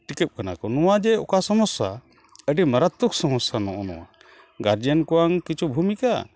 ᱴᱤᱠᱟᱹᱜ ᱠᱟᱱᱟ ᱠᱚ ᱱᱚᱣᱟ ᱡᱮ ᱚᱠᱟ ᱥᱚᱢᱚᱥᱥᱟ ᱟᱹᱰᱤ ᱢᱟᱨᱟᱛᱛᱚᱠ ᱥᱚᱢᱚᱥᱥᱟ ᱱᱚᱜᱼᱚ ᱱᱚᱣᱟ ᱜᱟᱨᱡᱮᱱ ᱠᱚᱣᱟᱝ ᱠᱤᱪᱷᱩ ᱵᱷᱩᱢᱤᱠᱟ